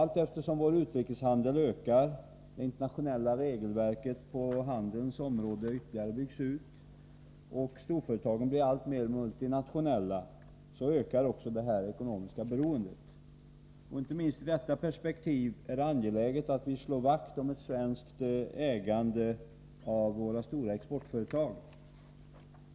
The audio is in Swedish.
Allteftersom vår utrikeshandel växer, det internationella regelverket på handelns område ytterligare byggs ut och storföretagen blir alltmer multinationella ökar också det ekonomiska beroendet. Inte minst i detta perspektiv är det angeläget att vi slår vakt om ett svenskt ägande av våra stora exportföretag.